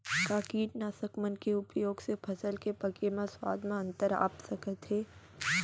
का कीटनाशक मन के उपयोग से फसल के पके म स्वाद म अंतर आप सकत हे?